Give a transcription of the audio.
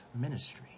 ministry